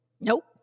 Nope